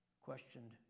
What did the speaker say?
questioned